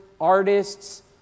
artists